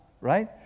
right